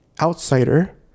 outsider